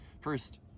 First